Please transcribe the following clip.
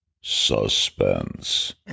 Suspense